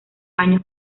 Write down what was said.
años